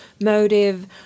motive